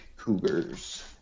cougars